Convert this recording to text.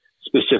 specific